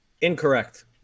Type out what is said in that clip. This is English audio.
Incorrect